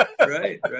right